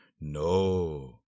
no